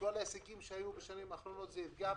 וכל ההישגים שהיו בשנים האחרונות, זה יפגע בהם.